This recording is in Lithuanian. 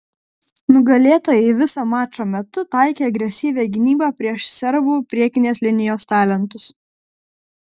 nugalėtojai viso mačo metu taikė agresyvią gynybą prieš serbų priekinės linijos talentus